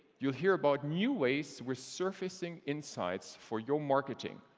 you'll hear about new ways we're surfacing insights for your marketing,